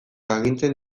agintzen